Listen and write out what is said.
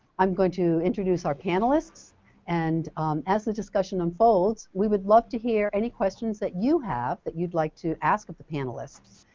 i'm going to introduce our panelists and as the discussion unfolds we would love to hear any questions that you have that you'd like to ask the panelists.